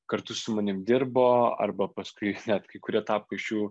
kartu su manim dirbo arba paskui net kai kurie tapo iš jų